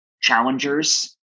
challengers